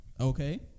okay